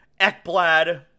Ekblad